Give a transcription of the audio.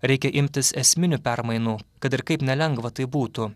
reikia imtis esminių permainų kad ir kaip nelengva tai būtų